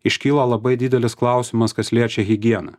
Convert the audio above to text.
iškyla labai didelis klausimas kas liečia higieną